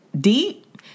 deep